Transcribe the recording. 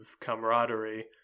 camaraderie